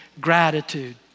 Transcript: gratitude